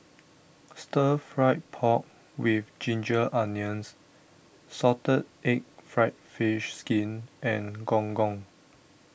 Stir Fried Pork with Ginger Onions Salted Egg Fried Fish Skin and Gong Gong